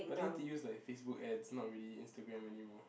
but then to use like Facebook ads not really Instagram anymore